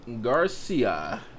Garcia